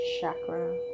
chakra